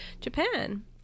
Japan